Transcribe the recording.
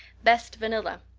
best vanilla.